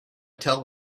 tell